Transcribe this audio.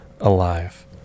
alive